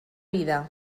vida